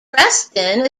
preston